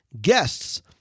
guests